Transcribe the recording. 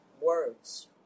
words